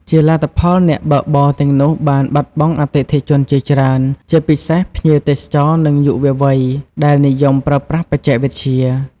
ជាលទ្ធផល អ្នកបើកបរទាំងនោះបានបាត់បង់អតិថិជនជាច្រើន ជាពិសេសភ្ញៀវទេសចរ និងយុវវ័យ ដែលនិយមប្រើប្រាស់បច្ចេកវិទ្យា។